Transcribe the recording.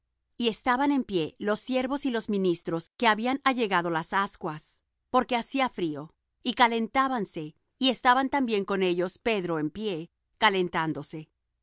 y estaban en pie los siervos y los ministros que habían allegado las ascuas porque hacía frío y calentábanse y estaba también con ellos pedro en pie calentándose